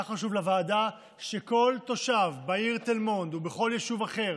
היה חשוב לוועדה שכל תושב בעיר תל מונד ובכל יישוב אחר,